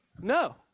no